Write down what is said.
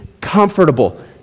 comfortable